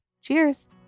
Cheers